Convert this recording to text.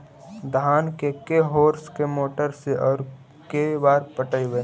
धान के के होंस के मोटर से औ के बार पटइबै?